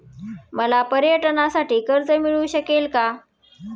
मला पर्यटनासाठी कर्ज मिळू शकेल का?